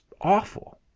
awful